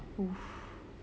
!oof!